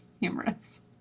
humorous